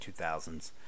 2000s